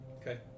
Okay